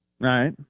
right